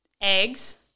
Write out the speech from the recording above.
Eggs